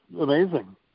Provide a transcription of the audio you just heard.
amazing